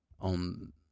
on